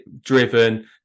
driven